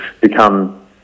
become